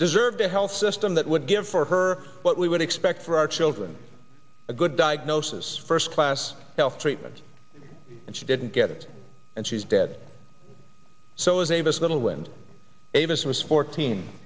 deserved a health system that would good for her what we would expect for our children a good diagnosis first class health treatment and she didn't get it and she's dead so is a this little wind avis was fourteen